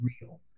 real